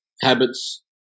habits